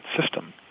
system